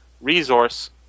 resource